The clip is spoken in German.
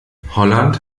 holland